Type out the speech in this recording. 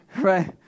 Right